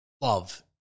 love